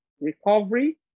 recovery